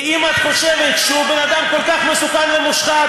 ואם את חושבת שהוא בן אדם כל כך מסוכן ומושחת,